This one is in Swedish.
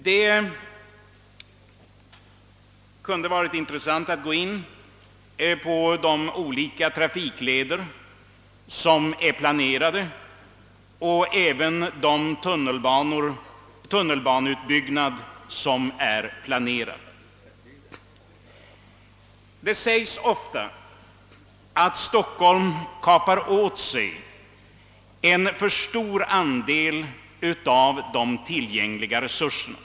Det kunde sålunda ha varit intressant att gå in på de olika trafikleder som är planerade och även på den tunnelbaneutbyggnad som planeras, eftersom det ofta sägs att Stockholm kapar åt sig en alltför stor andel av de tillgängliga resurserna.